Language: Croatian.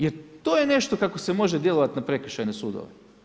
Jer to je nešto kako se može djelovati na prekršajne sudove.